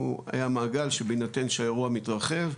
שהוא היה מעגל שבהינתן שהאירוע מתרחב,